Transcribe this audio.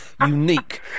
unique